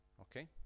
Okay